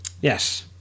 yes